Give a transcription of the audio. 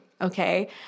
okay